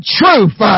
truth